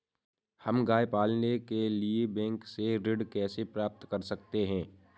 हम गाय पालने के लिए बैंक से ऋण कैसे प्राप्त कर सकते हैं?